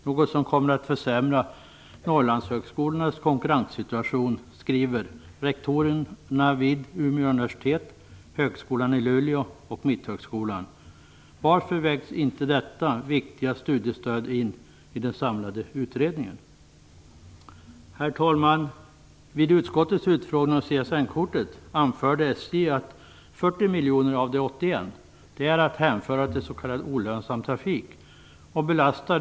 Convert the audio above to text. Detta kommer att försämra Norrlandshögskolornas konkurrenssituation, skriver rektorerna vid Umeå universitet, högskolan i Luleå och Mitthögskolan. Varför vägs inte detta viktiga studiestöd in i den samlade utredningen? Herr talman! Vid utskottets utfrågning om CSN kortet anförde SJ att 40 av de 81 miljonerna är att hänföra till s.k. olönsam trafik.